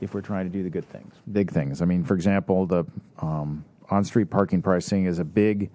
if we're trying to do the good things big things i mean for example the on street parking pricing is a big